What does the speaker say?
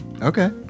Okay